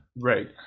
Right